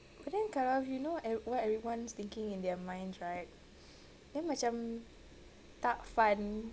but then kalau if you know what what everyone's thinking in their minds right then macam tak fun